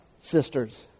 sisters